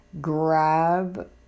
grab